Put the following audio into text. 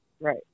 Right